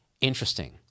interesting